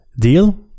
deal